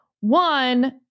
one